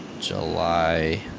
July